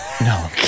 No